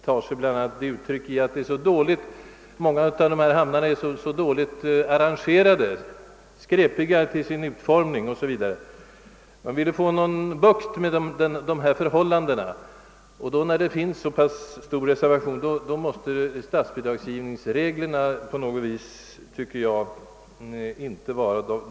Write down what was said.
Detta hänger samman med att många av de här hamnarna är dåligt aårrangerade, t.ex. ur brandsynpunkt, skräpiga till sin utform Ning Oo. s. Vv. Man vill rätt allmänt få bukt med dessa förhållanden, och när det ändå finns så stora reservationer måste det på något vis vara fel på statsbidragsreglerna.